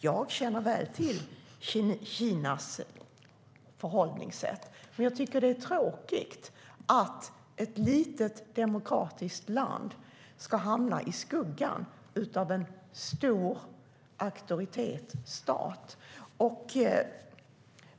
Jag känner väl till Kinas förhållningssätt, men jag tycker att det är tråkigt att ett litet, demokratiskt land ska hamna i skuggan av en stor auktoritetsstat.